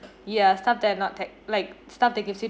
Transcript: yeah stuff that not taxed like stuff that gives you